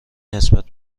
نسبت